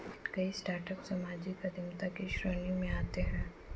कई स्टार्टअप सामाजिक उद्यमिता की श्रेणी में आते हैं